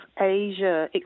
Asia